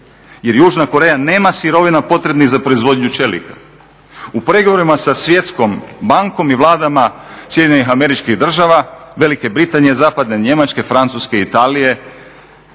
jer Južna Koreja nema sirovina potrebnih za proizvodnju čelika. U pregovorima sa Svjetskom bankom i vladama SAD-a, Velike Britanije, zapadne Njemačke, Francuske, Italije